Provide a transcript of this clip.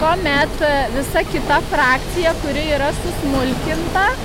tuomet visą kitą frakciją kuri yra susmulkinta